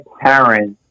parents